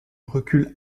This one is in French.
recul